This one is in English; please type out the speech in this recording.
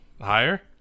Higher